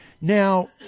Now